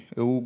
eu